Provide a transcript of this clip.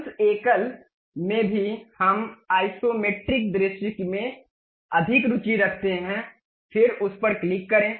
उस एकल में भी हम आइसोमेट्रिक दृश्य में अधिक रुचि रखते हैं फिर उस पर क्लिक करें